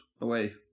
away